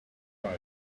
ride